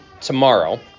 tomorrow